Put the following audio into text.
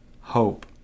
hope